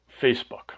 Facebook